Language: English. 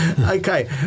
Okay